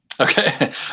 Okay